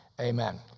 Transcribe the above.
Amen